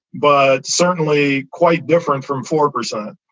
but certainly quite different from four percent.